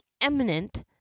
eminent